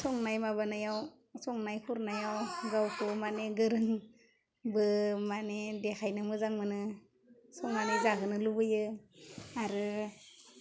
संनाय माबानायाव संनाय खुरनायाव गावखौ माने गोरोंबो माने देखायनो मोजां मोनो संनानै जाहोनो लुबैयो आरो